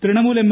Trinamool M